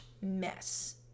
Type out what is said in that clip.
mess